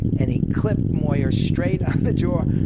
and he clipped moore straight on the jaw.